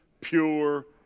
pure